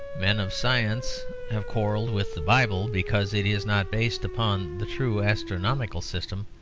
men of science have quarrelled with the bible because it is not based upon the true astronomical system,